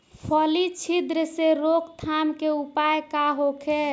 फली छिद्र से रोकथाम के उपाय का होखे?